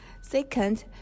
Second